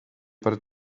par